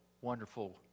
wonderful